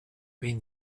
been